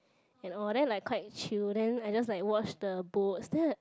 and all that like quite chill then I just like watch the boats then